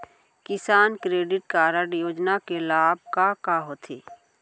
किसान credit card योजना के लाभ का का होथे?